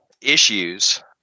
issues